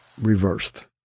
reversed